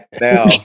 Now